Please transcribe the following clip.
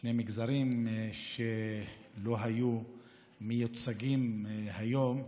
שני מגזרים שלא היו מיוצגים היום,